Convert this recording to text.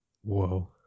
Whoa